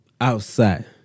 Outside